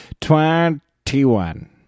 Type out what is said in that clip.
Twenty-one